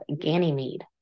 Ganymede